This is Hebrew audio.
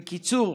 בקיצור,